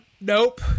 nope